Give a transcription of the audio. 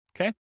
Okay